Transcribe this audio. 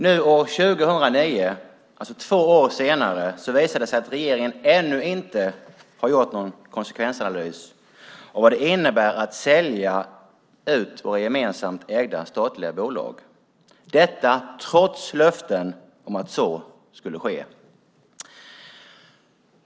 Nu år 2009, alltså två år senare, visar det sig att regeringen ännu inte har gjort någon konsekvensanalys av vad det innebär att sälja ut våra gemensamt ägda statliga bolag - detta trots löften om att så skulle ske.